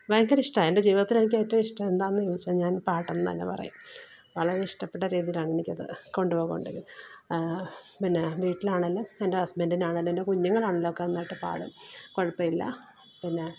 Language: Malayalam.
ഭയങ്കര ഇഷ്ട്ടാ മാണ് എന്റെ ജിവിതത്തില് എനിക്ക് ഏറ്റവും ഇഷ്ടം എന്താന്ന് ചോദിച്ചാല് ഞാന് പാട്ടെന്നു തന്നെ പറയും വളരെ ഇഷ്ടപ്പെട്ട രീതിയിലാണ് എനിക്കത് കൊണ്ട് പോകേണ്ടത് പിന്നെ വീട്ടിലാണേൽ എന്റെ ഹസ്ബന്റിനാണേലും എന്റെ കുഞ്ഞുങ്ങളാണേലൊക്കെ നന്നായിട്ട് പാടും കുഴപ്പം ഇല്ല പിന്നെ